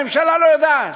הממשלה לא יודעת.